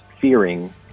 Fearing